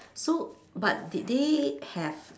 so but did they have